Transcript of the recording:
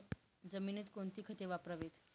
जमिनीत कोणती खते वापरावीत?